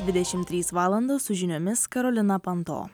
dvidešimt trys valandos su žiniomis karolina panto